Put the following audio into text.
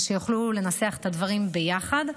ושיוכלו לנסח את הדברים ביחד.